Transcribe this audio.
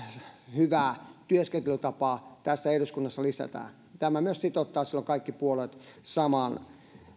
hyvää työskentelytapaa tässä eduskunnassa lisätään tämä myös sitouttaa silloin kaikki puolueet saman